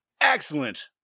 excellent